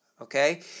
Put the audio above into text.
Okay